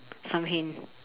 some hint